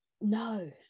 no